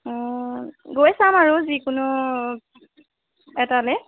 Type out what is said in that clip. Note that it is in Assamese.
গৈ চাম আৰু যিকোনো এটালৈ